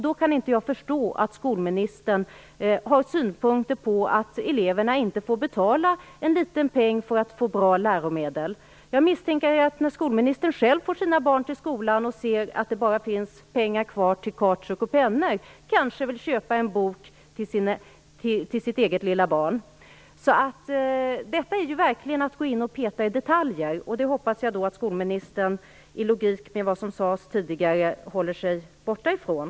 Då kan jag inte förstå att skolministern har synpunkter på att eleverna inte får betala en liten peng för att få bra läromedel. När skolministern själv har sina barn i skolan och ser att det bara finns pengar kvar till kautschuk och pennor misstänker jag att hon kanske vill köpa en bok till sina egna barn. Detta är ju verkligen att gå in och peta i detaljer, och det hoppas jag att skolministern, i logik med vad som sades tidigare, håller sig borta ifrån.